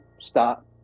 stop